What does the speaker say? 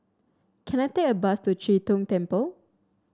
can I take a bus to Chee Tong Temple